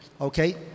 okay